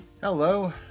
Hello